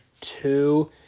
two